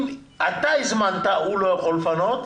אם אתה הזמנת הוא לא יכול לפנות,